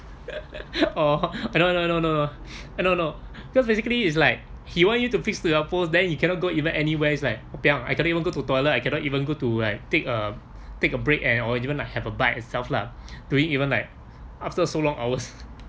oh no no no no no no because basically is like he want you to fix to your post then you cannot go even anywhere is like wah biang I cannot even go to toilet I cannot even go to like take a take a break and or even I have a bite itself lah to even like after so long hours